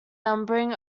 numbering